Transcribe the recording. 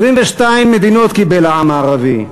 22 מדינות קיבל העם הערבי.